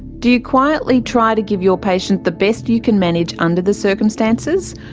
do you quietly try to give your patient the best you can manage under the circumstances?